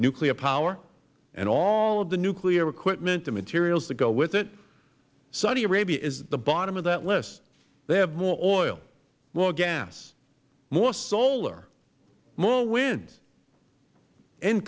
nuclear power and all the nuclear equipment and the materials that go with it saudi arabia is the bottom of that list they have more oil more gas more solar more wind in